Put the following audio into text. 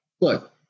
look